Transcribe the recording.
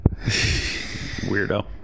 Weirdo